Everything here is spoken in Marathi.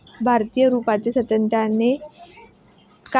भारतीय रुपयाचे सातत्याने अवमूल्यन होत असल्याकडे अर्थतज्ज्ञांनी लक्ष वेधले